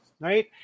Right